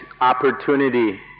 opportunity